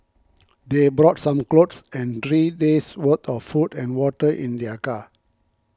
they brought some clothes and three days worth of food and water in their car